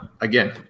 again